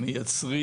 קטנה.